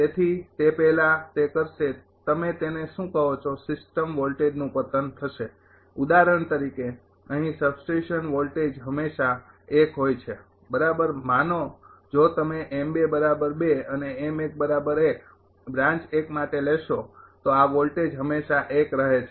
તેથી તે પહેલાં તે કરશે તમે તેને શું કહો છો સિસ્ટમ વોલ્ટેજનું પતન થશે ઉદાહરણ તરીકે અહીં સબસ્ટેશન વોલ્ટેજ હંમેશાં હોય છે બરાબર માનો જો તમે અને બ્રાન્ચ માટે લેશો તો આ વોલ્ટેજ હંમેશા રહે છે